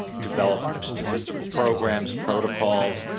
develop statistical programs, protocols,